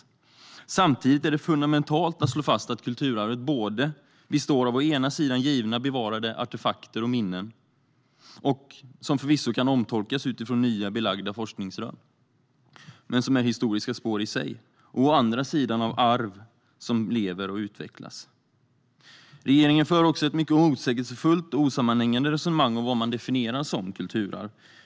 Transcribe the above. Men samtidigt är det fundamentalt att slå fast att kulturarvet både består av å ena sidan givna bevarade artefakter och minnen, som förvisso kan omtolkas utifrån nya belagda forskningsrön men som är historiska spår i sig, och å andra sidan av arv som lever och utvecklas. Regeringen för också ett mycket motsägelsefullt och osammanhängande resonemang om vad man definierar som kulturarv.